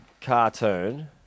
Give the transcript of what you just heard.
cartoon